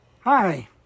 Hi